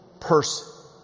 person